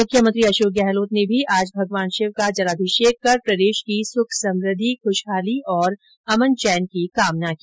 मुख्यमंत्री अशोक गहलोत ने भी आज भगवान शिव का जलाभिषेक कर प्रदेश की सुखसमुद्धि ख्रशहाली और अमन चैन की कामना की